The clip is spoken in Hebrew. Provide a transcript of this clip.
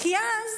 כי אז